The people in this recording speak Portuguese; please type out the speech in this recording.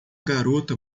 garota